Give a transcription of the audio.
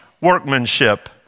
workmanship